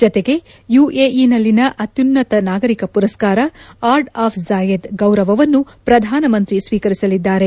ಜತೆಗೆ ಯುಎಇಯಲ್ಲಿನ ಅತ್ಯುನ್ನತ ನಾಗರಿಕ ಮರಸ್ನಾರ ಆರ್ಡ್ ಆಫ್ ಝಾಯೆದ್ ಗೌರವವನ್ನೂ ಪ್ರಧಾನಮಂತ್ರಿ ಸ್ನೀಕರಿಸಲಿದ್ದಾರೆ